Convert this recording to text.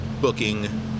booking